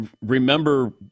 remember